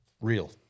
real